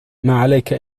ماعليك